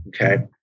Okay